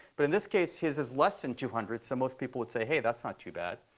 but in this case, his is less than two hundred. so most people would say, hey. that's not too bad.